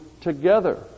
together